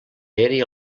aeri